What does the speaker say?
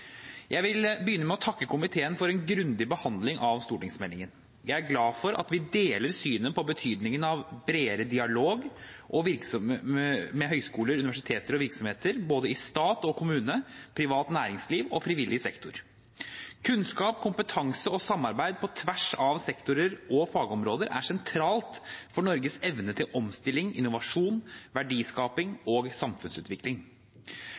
Jeg vil begynne med å takke komiteen for en grundig behandling av stortingsmeldingen. Jeg er glad for at vi deler synet på betydningen av bredere dialog med høyskoler, universiteter og virksomheter både i stat og kommune, privat næringsliv og frivillig sektor. Kunnskap, kompetanse og samarbeid på tvers av sektorer og fagområder er sentralt for Norges evne til omstilling, innovasjon,